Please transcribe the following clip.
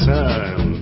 time